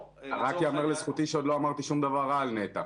רק ייאמר לזכותי שעוד לא אמרתי שום דבר רע ל נת"ע.